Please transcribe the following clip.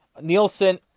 Nielsen